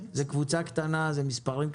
זה קבוצה קטנה, המספרים קטנים.